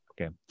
Okay